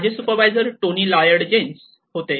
माझे supervisor Tony Lloyd Jones होते